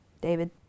David